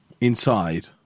Inside